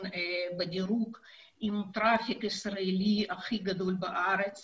בדירוג עם טרפיק ישראלי הכי גדול בארץ